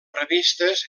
revistes